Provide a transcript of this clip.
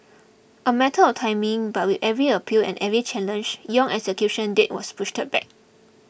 a matter of timing But with every appeal and every challenge Yong's execution date was pushed back